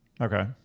Okay